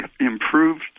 improved